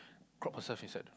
crop herself inside